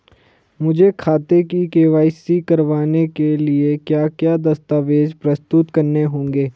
मुझे खाते की के.वाई.सी करवाने के लिए क्या क्या दस्तावेज़ प्रस्तुत करने होंगे?